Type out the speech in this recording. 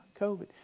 COVID